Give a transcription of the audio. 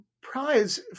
prize